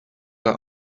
der